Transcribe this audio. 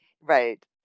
right